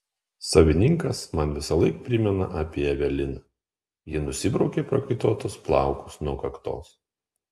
savininkas man visąlaik primena apie eveliną ji nusibraukė prakaituotus plaukus nuo kaktos